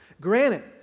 Granted